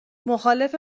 مخالف